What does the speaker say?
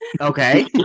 Okay